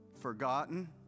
forgotten